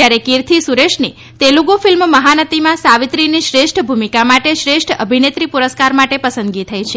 જ્યારે કિર્થી સુરેશની તેલુગુ ફિલ્મ મહાનતીમાં સાવિત્રીની શ્રેષ્ઠ ભુમિકા માટે શ્રેષ્ઠ અભિનેત્રી પુરસ્કાર માટે પસંદગી થઈ છે